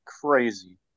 crazy